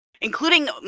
including